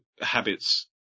habits